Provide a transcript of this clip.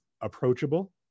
approachable